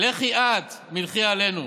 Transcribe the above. לכי את מלכי עלינו.